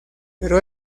pero